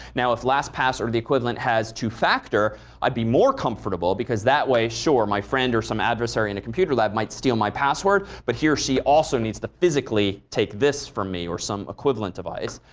now, if last pass or the equivalent has two-factor i'd be more comfortable because that way, sure, my friend or some adversary in a computer lab might steal my password, but he or she also needs to physically take this from me or some equivalent device.